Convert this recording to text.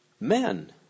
men